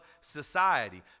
society